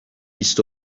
بیست